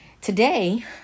Today